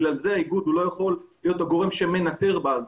לכן האיגוד לא יכול להיות הגורם שמנטר באסדה.